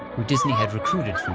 who disney had recruited from